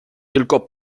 tylko